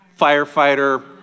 firefighter